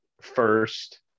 first